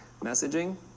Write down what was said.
messaging